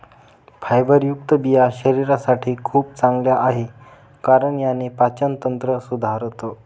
फायबरयुक्त बिया शरीरासाठी खूप चांगल्या आहे, कारण याने पाचन तंत्र सुधारतं